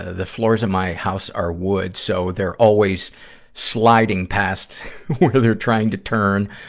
the floors of my house are wood, so they're always sliding past where they're trying to turn,